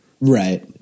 Right